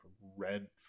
red